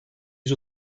yüz